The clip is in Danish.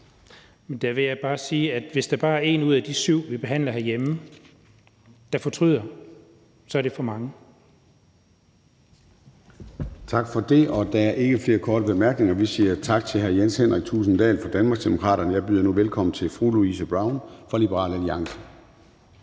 Jamen der vil jeg sige, at hvis der bare er én ud af de syv, vi behandler herhjemme, som fortryder, så er det for mange. Kl. 20:57 Formanden (Søren Gade): Tak for det. Der er ikke flere korte bemærkninger. Vi siger tak til hr. Jens Henrik Thulesen Dahl fra Danmarksdemokraterne. Jeg byder nu velkommen til fru Louise Brown fra Liberal Alliance.